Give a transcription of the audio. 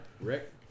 Rick